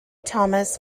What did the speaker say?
thomas